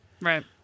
Right